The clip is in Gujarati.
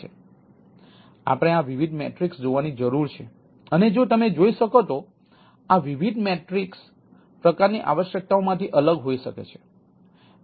તેથી આપણે આ વિવિધ મેટ્રિક્સ જોવાની જરૂર છે અને જો તમે જોઈ શકો તો આ મેટ્રિક્સ વિવિધ પ્રકારની આવશ્યકતાઓમાંથી અલગ હોઈ શકે છે